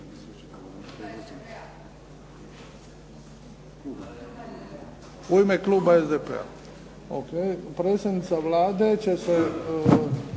ime kluba SDP-a.